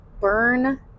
burn